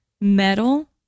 metal